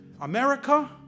America